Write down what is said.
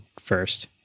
first